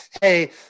Hey